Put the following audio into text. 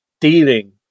dealing